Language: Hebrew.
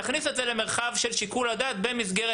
תכניס את זה למרחב של שיקול הדעת במסגרת